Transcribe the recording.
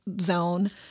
zone